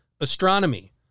astronomy